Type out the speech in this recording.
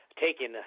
taken